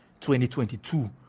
2022